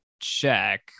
check